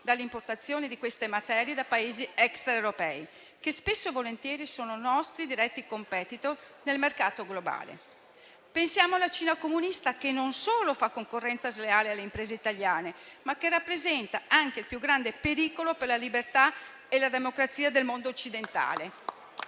dalle importazioni di tali materie da Paesi extraeuropei che spesso e volentieri sono nostri diretti *competitor* nel mercato globale. Pensiamo alla Cina comunista, che non solo fa concorrenza sleale alle imprese italiane, ma che rappresenta anche il più grande pericolo per la libertà e la democrazia del mondo occidentale.